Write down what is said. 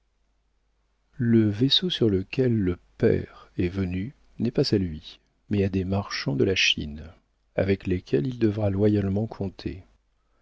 le vaisseau sur lequel le père est venu n'est pas à lui mais à des marchands de la chine avec lesquels il devra loyalement compter